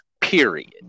Period